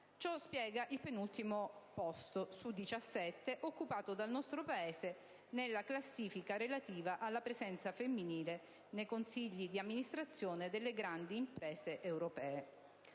Ciò spiega il penultimo posto, su 17, occupato dal nostro Paese nella classifica relativa alla presenza femminile nei consigli di amministrazione delle grandi imprese europee.